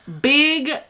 Big